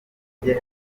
njye